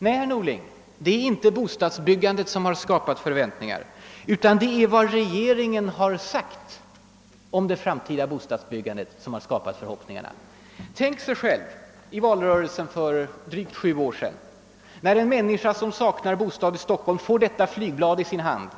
Nej, herr Norling, det är inte bostadsbyggandet utan det är vad regeringen har påstått och lovat om det framtida bostadsbyggandet som har väckt förhoppningarna. Tänk själv efter hur en människa som saknar bostad i Stockholm måste reagera när han i valrörelsen för drygt sju år sedan fick detta flygblad i sin hand: